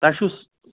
تۄہہِ چھُس